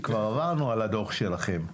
עברנו על הדוח שלכם,